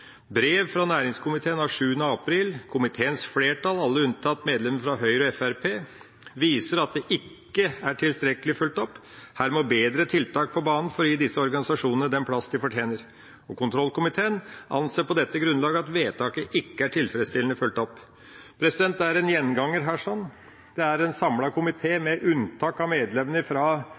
brev fra næringskomiteen av 7. april 2016 – Næringskomiteens flertall, alle unntatt medlemmene fra Høyre og Fremskrittspartiet, viste til at dette ikke er tilstrekkelig fulgt opp, og uttalte: «Her må bedre tiltak på banen for å gi disse organisasjonene den plass de fortjener.» Og kontrollkomiteen «anser på dette grunnlag at vedtaket ikke er tilfredsstillende fulgt opp». Det er en gjenganger her. Det er en samlet næringskomité, med unntak av medlemmene